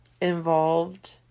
involved